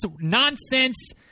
nonsense